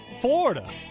Florida